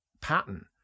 pattern